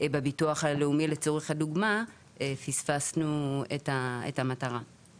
בביטוח הלאומי לצורך הדוגמא, פספסנו את המטרה.